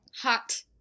Hot